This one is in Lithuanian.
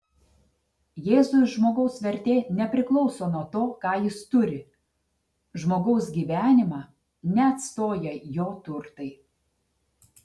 jėzui žmogaus vertė nepriklauso nuo to ką jis turi žmogaus gyvenimą neatstoja jo turtai